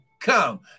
come